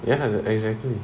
ya exactly